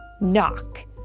Knock